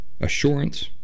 assurance